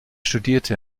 studierte